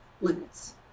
limits